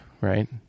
right